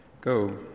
go